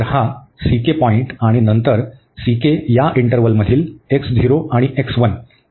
तर हा पॉईंट आणि नंतर या इंटरवलमधील आणि दरम्यान आहे